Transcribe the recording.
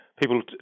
People